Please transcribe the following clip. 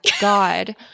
God